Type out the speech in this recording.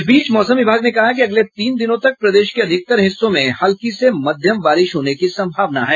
इस बीच मौसम विभाग ने कहा है कि अगले तीन दिनों तक प्रदेश के अधिकतर हिस्सों में हल्की से मध्यम बारिश होने की संभावना है